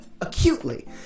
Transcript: acutely